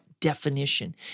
definition